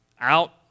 out